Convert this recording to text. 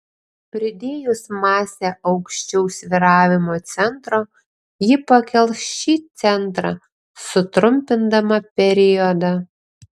pridėjus masę aukščiau svyravimo centro ji pakels šį centrą sutrumpindama periodą